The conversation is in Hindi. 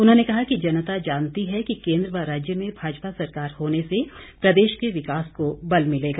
उन्होंने कहा कि जनता जानती है कि केन्द्र व राज्य में भाजपा सरकार होने से प्रदेश के विकास को बल मिलेगा